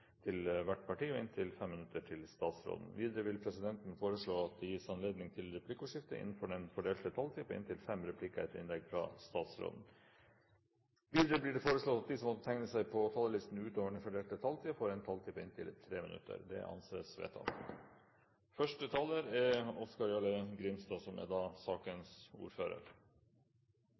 til hvert parti, og inntil 5 minutter til statsråden. Videre vil presidenten foreslå at det gis anledning til replikkordskifte på inntil fem replikker etter innlegget fra statsråden innenfor den fordelte taletid. Videre blir det foreslått at de som måtte tegne seg på talerlisten utover den fordelte taletid, får en taletid på inntil 3 minutter. – Det anses vedtatt. Og som vi alle har forstått, er første taler Snorre Serigstad Valen, og han er også sakens ordfører.